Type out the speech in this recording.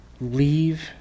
Leave